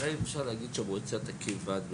אולי אפשר להגיד שהמועצה תקים ועד מנהל.